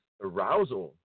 arousal